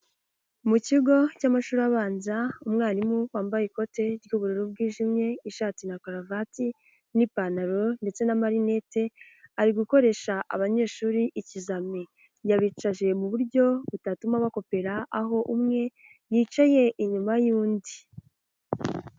Mu kigo cy'amashuri abanza umwarimu wambaye ikote ry'ubururu bwijimye, ishati na karuvati n'ipantaro ndetse na marinete ari gukoresha abanyeshuri ikizami yabicaje mu buryo butatuma bakopera aho umwe yicaye inyuma y'undi.